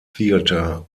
theatre